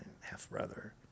half-brother